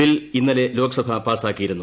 bill ഇന്നലെ ലോക്സഭ പാസ്റ്റാക്കിയിരുന്നു